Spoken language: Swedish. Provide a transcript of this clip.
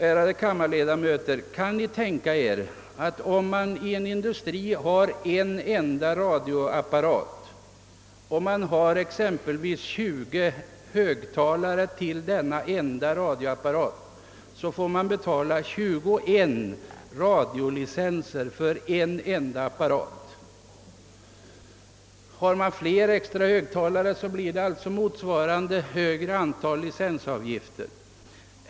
Ärade kammarledarmöter, kan ni tänka er att om man vid en industri har en enda radioapparat och har exempelvis tjugo högtalare anslutna till denna enda apparat, så får man betala tjugoen radiolicenser. Har man ännu fler extra högtalare blir det alltså motsvarande högre antal licensavgifter.